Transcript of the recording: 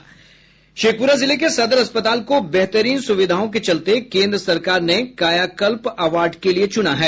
शेखपुरा जिले के सदर अस्पताल को बेहतरीन सुविधाओं के चलते केन्द्र सरकार ने कायाकल्प अवार्ड के लिए चुना है